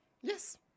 Yes